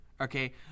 Okay